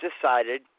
decided